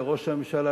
לראש הממשלה,